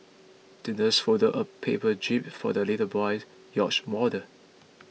the nurse folded a paper jib for the little boy's yacht model